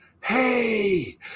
Hey